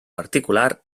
particular